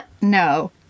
No